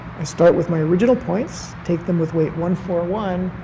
i start with my original points, take them with weight one, four, one,